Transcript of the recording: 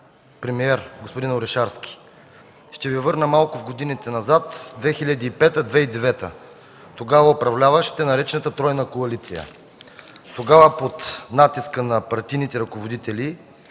премиер господин Орешарски. Ще Ви върна малко в годините назад – 2005-2009 г. Тогава управляваше така наречената „тройна коалиция”. Под натиска на партийните ръководители